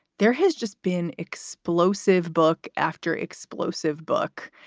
there has just been explosive book after explosive book,